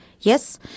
Yes